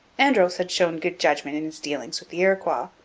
andros had shown good judgment in his dealings with the iroquois,